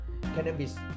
Cannabis